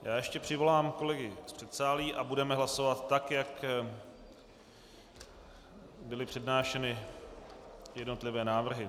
Já ještě přivolám kolegy z předsálí a budeme hlasovat tak, jak byly přednášeny jednotlivé návrhy.